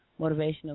motivational